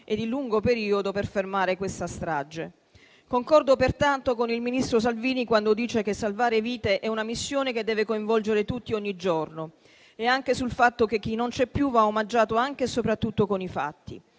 e di lungo periodo per fermare questa strage. Concordo pertanto con il ministro Salvini quando dice che salvare vite è una missione che deve coinvolgere tutti ogni giorno, e anche sul fatto che chi non c'è più va omaggiato anche e soprattutto con i fatti.